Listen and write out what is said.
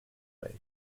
way